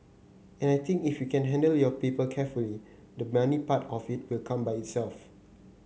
and I think if you can handle your people carefully the money part of it will come by itself